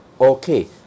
Okay